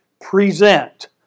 present